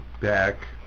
back